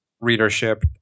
readership